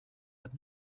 but